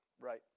right